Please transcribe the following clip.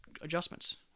adjustments